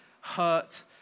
hurt